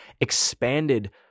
expanded